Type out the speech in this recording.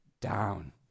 down